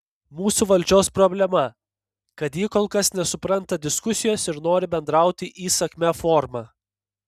mūsų valdžios problema kad ji kol kas nesupranta diskusijos ir nori bendrauti įsakmia forma